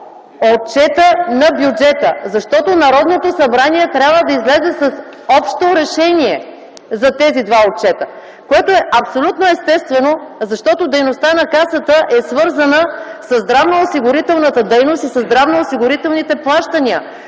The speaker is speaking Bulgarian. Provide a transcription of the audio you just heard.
бюджета на Касата. Защото Народното събрание трябва да излезе с общо решение за тези два отчета, което е абсолютно естествено. Защото дейността на Касата е свързана със здравноосигурителната дейност и здравноосигурителните плащания,